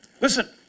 Listen